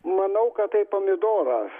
manau kad tai pomidoras